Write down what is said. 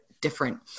different